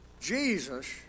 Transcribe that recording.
Jesus